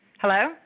hello